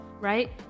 Right